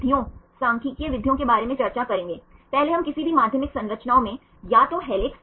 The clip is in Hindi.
यदि आप यहां से शुरू करके यहां जाते हैं और फिर यह आते हैं तो यह एक सामान्य पूर्ण मोड़ होगा